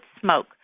smoke